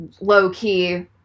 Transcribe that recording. low-key